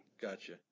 Gotcha